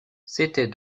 c’était